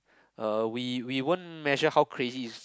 uh we we won't measure how crazy is